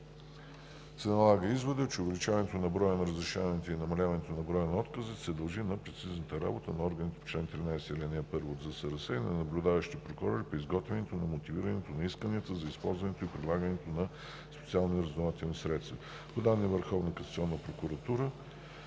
се налага изводът, че увеличението на броя на разрешенията и намалението на броя на отказите се дължи на прецизната работа на органите по чл. 13, ал. 1 от ЗСРС и на наблюдаващите прокурори при изготвянето и мотивирането на исканията за използването и прилагането на специалните разузнавателни средства. По данни на Върховната касационна прокуратура